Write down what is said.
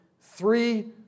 three